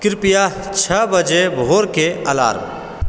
कृपया छओ बजे भोरके अलार्म